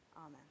Amen